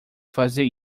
fazer